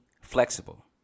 flexible